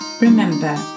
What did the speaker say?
remember